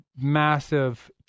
massive